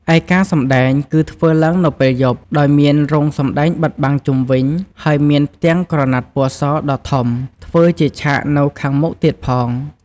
ឯការសម្តែងគឺធ្វើឡើងនៅពេលយប់ ដោយមានរោងសម្តែងបិទបាំងជុំវិញ ហើយមានផ្ទាំងក្រណាត់ពណ៌សដ៏ធំធ្វើជាឆាកនៅខាងមុខទៀតផង។